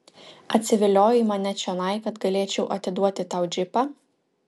atsiviliojai mane čionai kad galėčiau atiduoti tau džipą